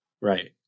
Right